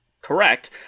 correct